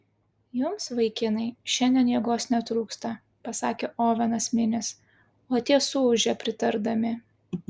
jums vaikinai šiandien jėgos netrūksta pasakė ovenas minis o tie suūžė pritardami